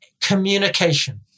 communication